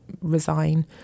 resign